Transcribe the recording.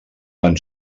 van